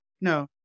no